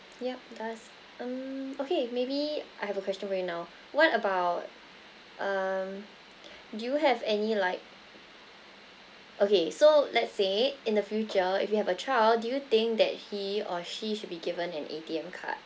yup does um okay maybe I have a question right now what about um do you have any like okay so let's say in the future if you have a child do you think that he or she should be given an A_T_M card